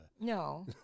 No